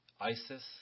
Isis